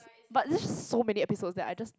but it's just so many episodes that I just